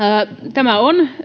tämä on